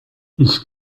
ich